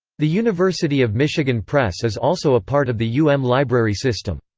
the university of michigan press is also a part of the u m library system.